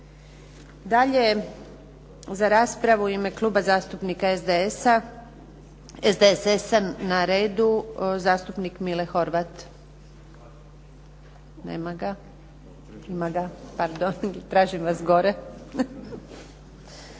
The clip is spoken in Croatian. Dalje, za raspravu u ime Kluba zastupnika SDSS-a na redu je zastupnik Mile Horvat. Nema ga. Pardon, tražim vas gore.